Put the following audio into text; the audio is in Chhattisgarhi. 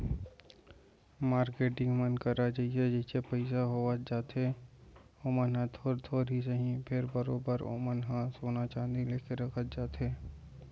मारकेटिंग मन करा जइसे जइसे पइसा होवत जाथे ओमन ह थोर थोर ही सही फेर बरोबर ओमन ह सोना चांदी लेके रखत जाथे